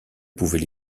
pouvait